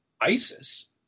ISIS